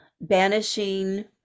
banishing